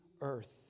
earth